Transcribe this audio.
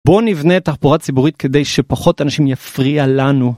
בואו נבנה את תחבורה ציבורית, כדי שפחות אנשים יפריע לנו.